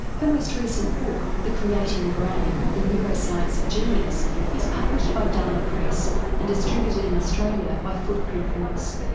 her most recent book the creating brain the neuroscience of genius is published by dana press and distributed in australia by footprint books.